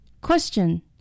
Question